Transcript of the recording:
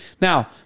Now